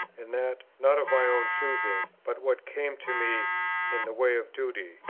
and that, not of my own choosing, but what came to me in the way of duty,